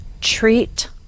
treat